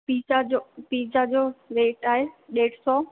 pizza जो pizza जो rate आहे ॾेढ सौ